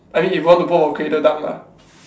I mean if you want to put on cradle dunk ah